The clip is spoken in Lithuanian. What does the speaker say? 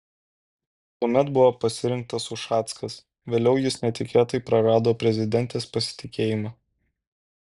tuomet buvo pasirinktas ušackas vėliau jis netikėtai prarado prezidentės pasitikėjimą